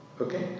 Okay